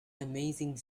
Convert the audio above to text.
amazing